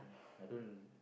I don't